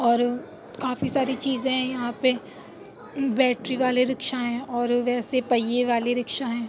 اور کافی ساری چیزیں ہیں یہاں پہ بیٹری والے رکشا ہیں اور ویسے پہیے والے رکشا ہیں